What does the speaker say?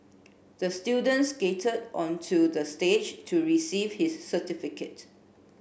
the student skated onto the stage to receive his certificate